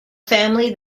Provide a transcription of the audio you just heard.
family